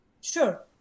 Sure